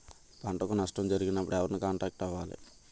పంటకు నష్టం జరిగినప్పుడు ఎవరిని కాంటాక్ట్ అవ్వాలి?